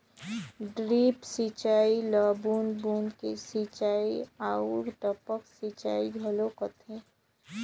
drip सिंचई ल बूंद बूंद के सिंचई आऊ टपक सिंचई घलो कहथे